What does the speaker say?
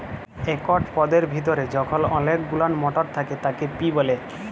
একট পদের ভিতরে যখল অলেক গুলান মটর থ্যাকে তাকে পি ব্যলে